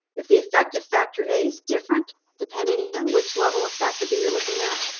if the effect of factor a is different depending on which level of factor b you're looking at,